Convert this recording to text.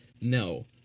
no